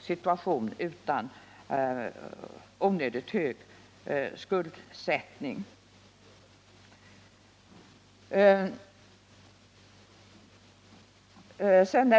situation utan onödigt hög skuldsättning.